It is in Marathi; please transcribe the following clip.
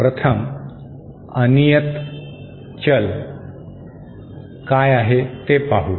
प्रथम अनियत चल काय आहे ते पाहू